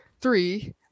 three